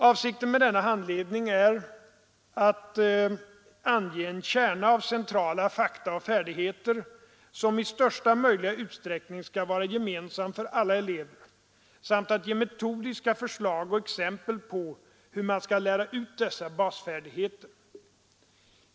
Avsikten med denna handledning är att ange en kärna av centrala fakta och färdigheter, som i största möjliga utsträckning skall vara gemensam för alla elever, samt att ge metodiska förslag och exempel på hur man skall lära ut dessa basfärdigheter.